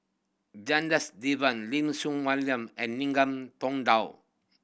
Jendas Devan Lim Soon Wai William and Ningam Tong Dow